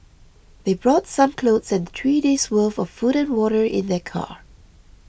they brought some clothes and three days worth of food and water in their car